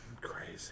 Crazy